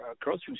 grocery